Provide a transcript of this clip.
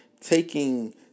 taking